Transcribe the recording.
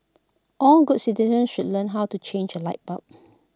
all good citizens should learn how to change A light bulb